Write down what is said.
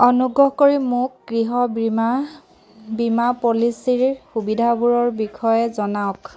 অনুগ্ৰহ কৰি মোক গৃহ বীমা বীমা পলিচীৰ সুবিধাবোৰৰ বিষয়ে জনাওক